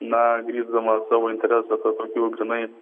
na grįsdama savo interesą tą tokiu grynai